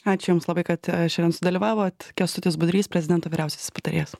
ačiū jums labai kad šiandien sudalyvavot kęstutis budrys prezidento vyriausiasis patarėjas